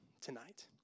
tonight